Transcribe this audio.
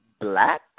black